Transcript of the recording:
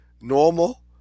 normal